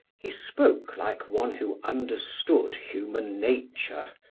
he spoke like one who understood human nature,